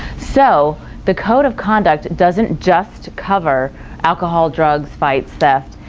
so the code of conduct doesn't just cover alcohol, drugs, fights, theft,